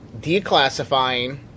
declassifying